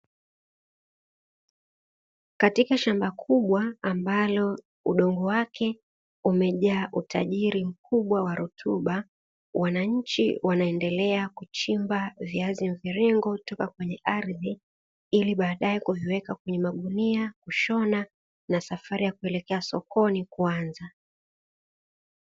Katika shamba kubwa ambalo udongo wake umejaa utajiri mkubwa wa rutuba, wananchi wanaendelea kuchimba viazi mviringo kutoka kwenye ardhi, ili baadaye kuviweka kwenye magunia, kushona na safari ya kuelekea sokoni kuanza.